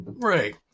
Right